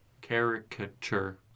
caricature